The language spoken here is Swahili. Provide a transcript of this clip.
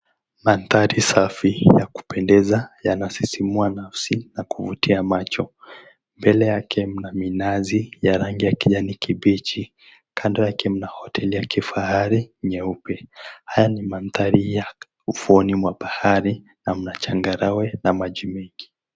Mandhari safi ya kupendeza yanasisimua nafsi na kuvutia macho, mbele yake mna minazi ya rangi ya kijani kibichi kando yake mna hoteli ya kifahari nyeupe, haya ni mandhari ya ufuoni mwa bahari na mna changarawe na maji mengi.